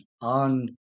on